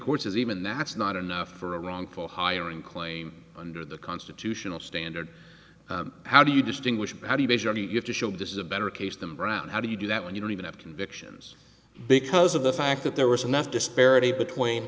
court says even that's not enough for a wrongful hiring claim under the constitutional standard how do you distinguish how do you have to show that this is a better case than brown how do you do that when you don't even have convictions because of the fact that there was enough disparity between